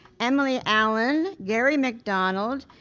emily alan, gary macdonald,